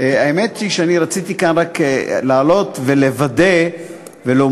האמת היא שאני רציתי כאן רק לעלות ולוודא ולומר,